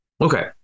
Okay